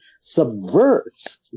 subverts